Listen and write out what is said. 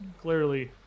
clearly